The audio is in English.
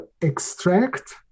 extract